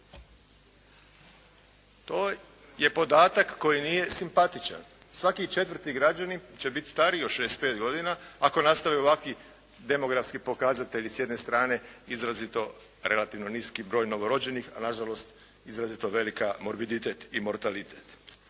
To je podatak koji nije simpatičan. Svaki četvrti građanin će biti stariji od 65 godina ako nastave ovakvi demografski pokazatelji s jedne strane izrazito relativno niski broj novorođenih a nažalost izrazito velika morbiditet i mortalitet.